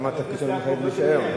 גם התפקיד שלנו מחייב להישאר.